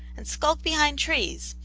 and skulk behind trees,